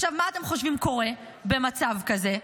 עכשיו, מה אתם חושבים קורה במצב כזה?